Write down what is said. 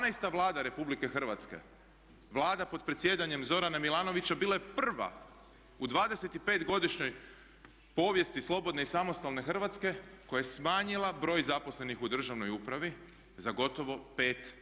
Dvanaesta Vlada RH, Vlada pod predsjedanjem Zorana Milanovića bila je prva u 25 godišnjoj povijesti slobodne i samostalne Hrvatske koja je smanjila broj zaposlenih u državnoj upravi za gotovo 5%